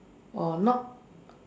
or not